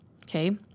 Okay